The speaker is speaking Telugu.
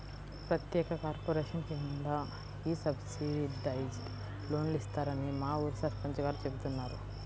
ప్రత్యేక కార్పొరేషన్ కింద ఈ సబ్సిడైజ్డ్ లోన్లు ఇస్తారని మా ఊరి సర్పంచ్ గారు చెబుతున్నారు